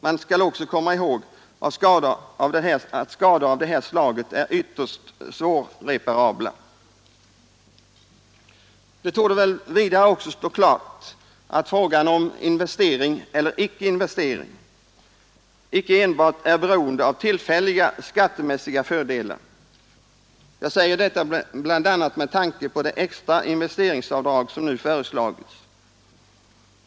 Man skall också komma ihåg att skador av det här slaget är ytterst svårreparabla Det torde väl vidare stå klart att frågan om investering eller icke investering inte enbart är beroende av tillfälliga skattemässiga fördelar Jag säger detta bl.a. med tanke på det extra investeringsavdrag som nu föreslagits.